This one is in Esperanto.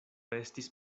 estis